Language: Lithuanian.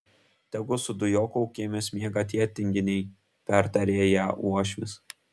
tegu su dujokaukėmis miega tie tinginiai pertarė ją uošvis